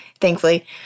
thankfully